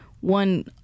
one